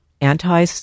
anti